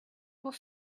pour